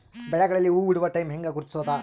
ಬೆಳೆಗಳಲ್ಲಿ ಹೂಬಿಡುವ ಟೈಮ್ ಹೆಂಗ ಗುರುತಿಸೋದ?